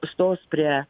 stos prie